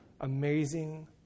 amazing